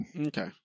Okay